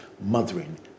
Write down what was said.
mothering